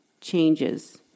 changes